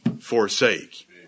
forsake